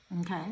okay